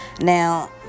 now